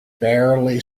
barely